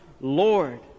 Lord